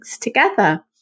together